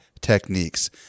techniques